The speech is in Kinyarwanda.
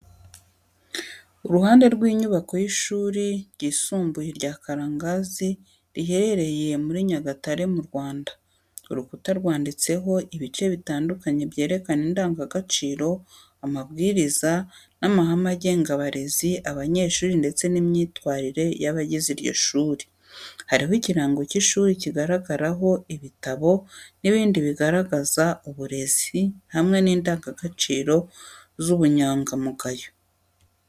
Uruhande rw’inyubako y’ishuri ryisumbuye rya Karangazi riherereye muri Nyagatare mu Rwanda. Urukuta rwanditseho ibice bitandukanye byerekana indangagaciro, amabwiriza, n’amahame agenga abarezi, abanyeshuri ndetse n’imyitwarire y’abagize iryo shuri. Hariho ikirango cy’ishuri kigaragaraho ibitabo n’ibindi bigaragaza uburezi, hamwe n’indangagaciro z’ubunyangamugayo.